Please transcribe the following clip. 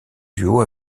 duo